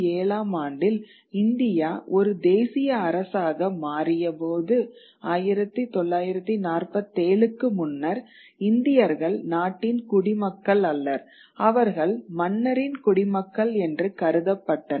1947 ஆம் ஆண்டில் இந்தியா ஒரு தேசிய அரசாக மாறியபோது 1947 க்கு முன்னர் இந்தியர்கள் நாட்டின் குடிமக்கள் அல்லர் அவர்கள் மன்னரின் குடிமக்கள் என்று கருதப்பட்டனர்